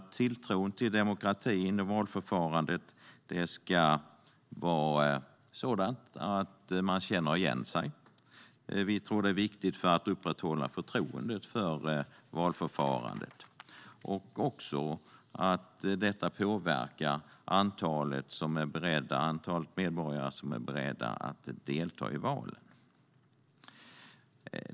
Tilltron till valförfarandet skapas genom att man känner igen sig. Vi tror att det är viktigt för att upprätthålla förtroendet för valförfarandet. Detta påverkar också antalet medborgare som är beredda att delta i val.